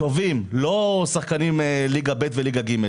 לא שחקנים ליגה ב' וליגה ג',